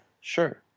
sure